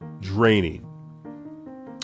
draining